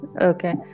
Okay